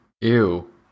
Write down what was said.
ew